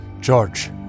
George